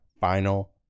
final